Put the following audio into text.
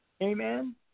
Amen